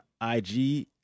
ig